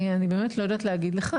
אני באמת לא יודעת להגיד לך,